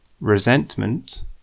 resentment